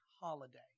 holiday